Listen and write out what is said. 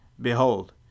Behold